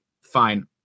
fine